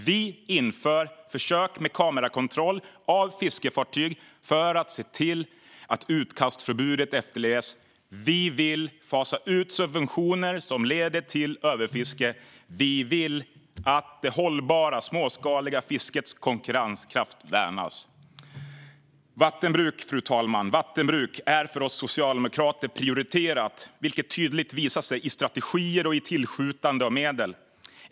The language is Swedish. Vi inför försök med kamerakontroll av fiskefartyg för att se till att utkastförbudet efterlevs. Vi vill vidare fasa ut subventioner som leder till överfiske. Vi vill att det hållbara småskaliga fiskets konkurrenskraft värnas. Fru talman! Vattenbruk är för oss socialdemokrater prioriterat, vilket tydligt visas i strategier och i tillskjutande av medel.